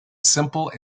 simple